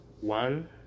one